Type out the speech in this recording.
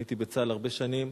אני הייתי בצה"ל הרבה שנים,